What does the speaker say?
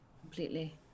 completely